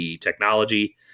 technology